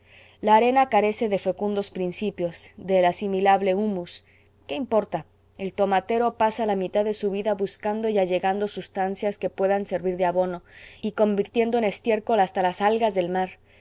la arena carece de fecundos principios del asimilable humus qué importa el tomatero pasa la mitad de su vida buscando y allegando sustancias que puedan servir de abono y convirtiendo en estiércol hasta las algas del mar